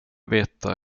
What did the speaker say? veta